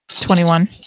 twenty-one